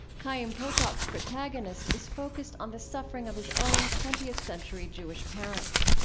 chiam potok's protagonist is focused on the suffering of his own twentieth century jewish parents.